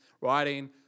writing